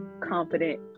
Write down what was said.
confident